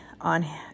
on